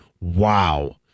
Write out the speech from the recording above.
wow